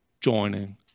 joining